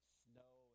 snow